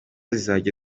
zizajya